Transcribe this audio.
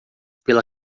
pela